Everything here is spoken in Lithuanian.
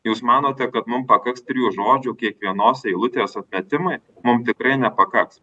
jūs manote kad mum pakaks trijų žodžių kiekvienos eilutės atmetimui mum tikrai nepakaks